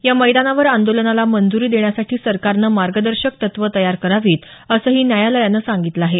या मैदानावर आंदोलनाला मंजुरी देण्यासाठी सरकारनं मार्गदर्शक तत्वं तयार करावी असंही न्यायालयानं सांगितलं आहे